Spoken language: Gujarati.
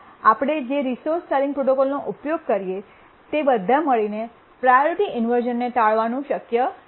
આમ આપણે જે રિસોર્સ શેરીંગ પ્રોટોકોલ નો ઉપયોગ કરીએ તે બધા મળીને પ્રાયોરિટી ઇન્વર્શ઼નને ટાળવાનું શક્ય નથી